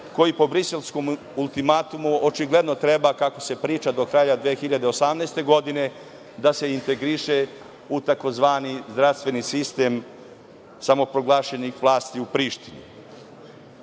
koji po Briselskom ultimatumu očigledno treba, kako se priča, do kraja 2018. godine, da se integriše u tzv. zdravstveni sistem samoproglašenih vlasti u Prištini. Takođe,